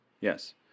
Yes